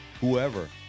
whoever